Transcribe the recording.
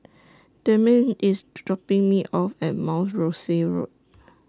Damien IS dropping Me off At Mount Rosie Road